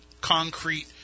concrete